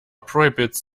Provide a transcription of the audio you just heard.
prohibits